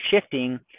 shifting